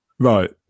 Right